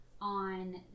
on